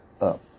up